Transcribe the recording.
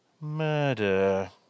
murder